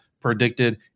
predicted